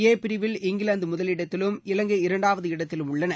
ஏ பிரிவில் இங்கிலாந்து முதலிடத்திலும் இலங்கை இரண்டாவது இடத்திலும் உள்ளன